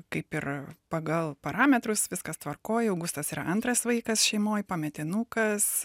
kaip ir pagal parametrus viskas tvarkoj augustas yra antras vaikas šeimoj pametinukas